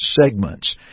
segments